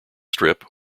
strip